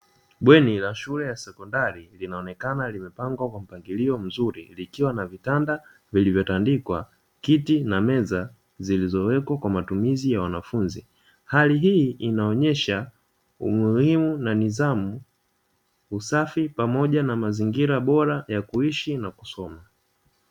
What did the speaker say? Bweni la shule ya sekondari linaonekana limepangwa kwa mpangilio mzuri, likiwa na vitanda vilivyotandikwa, kiti na meza zilizowekwa kwa matumizi ya wanafunzi. Hali hii inaonyesha umuhimu na nidhamu, usafi pamoja na mazingira bora ya kuishi na kusoma.